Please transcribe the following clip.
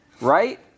Right